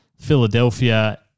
Philadelphia